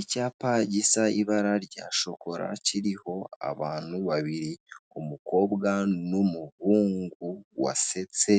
Icyapa gisa ibara rya shokora , kiriho abantu babiri, umukobwa n' umuhungu wasetse,